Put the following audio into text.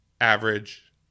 average